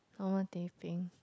normal teh peng